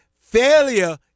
failure